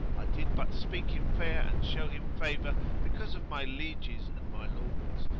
i did but speak him fair and show him favour because of my lieges and my lords,